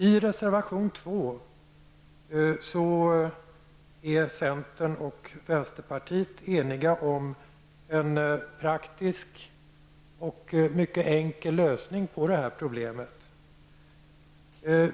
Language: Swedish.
I reservation 2 är centern och vänsterpartiet ense om en praktisk och mycket enkel lösning på det här problemet.